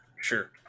sure